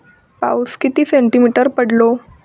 पाऊस किती सेंटीमीटर पडलो?